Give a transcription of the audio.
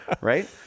Right